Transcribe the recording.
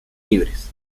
libres